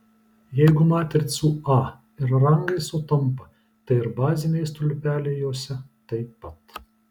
jeigu matricų a ir rangai sutampa tai ir baziniai stulpeliai jose taip pat